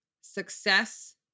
Success